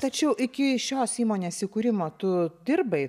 tačiau iki šios įmonės įkūrimo tu dirbai